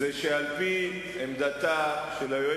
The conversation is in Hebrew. אבל בכל זאת רציתי לנצל את הזכות שלי על-פי התקנון,